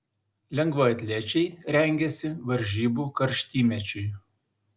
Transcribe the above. lengvaatlečiai rengiasi varžybų karštymečiui